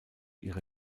ihre